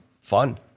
fun